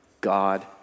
God